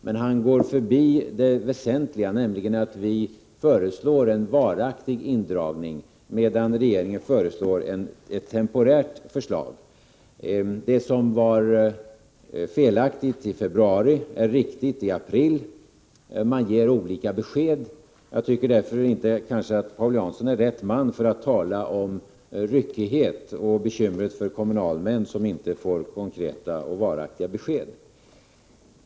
Men han går förbi det väsentliga, nämligen att vi föreslår en varaktig indragning, medan regeringen föreslår en temporär åtgärd. Det som var felaktigt i februari är riktigt i april. Man ger alltså olika besked. Jag tycker inte att Paul Jansson är rätt man för att tala om ryckighet och bekymmer för kommunalmän, som inte får konkreta och varaktiga besked.